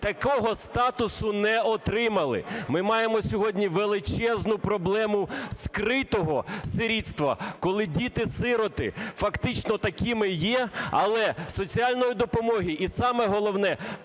такого статусу не отримали. Ми маємо сьогодні величезну проблеми скритого сирітства, коли діти-сироти фактично такими є, але соціальної допомоги, і, саме головне,